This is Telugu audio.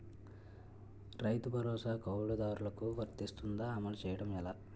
రైతు భరోసా కవులుదారులకు వర్తిస్తుందా? అమలు చేయడం ఎలా